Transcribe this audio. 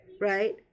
right